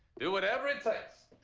do whatever it takes.